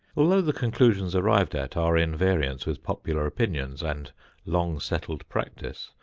although the conclusions arrived at are in variance with popular opinions and long-settled practice,